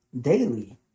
daily